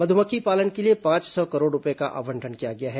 मधुमक्खी पालन के लिए पांच सौ करोड़ रूपये का आवंटन किया गया है